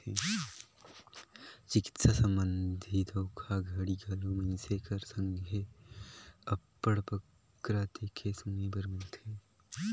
चिकित्सा संबंधी धोखाघड़ी घलो मइनसे कर संघे अब्बड़ बगरा देखे सुने बर मिलथे